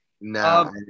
No